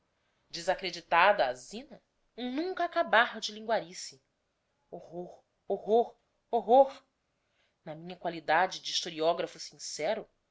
desacreditada a zina um nunca acabar de linguarice hórror hórror hórror na minha qualidade de historiografo sincero